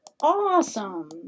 awesome